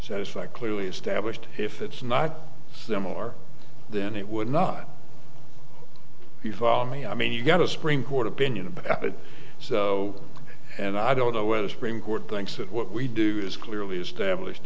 satisfy clearly established if it's not similar then it would not be follow me i mean you've got a supreme court opinion about it so and i don't know whether supreme court thinks that what we do is clearly established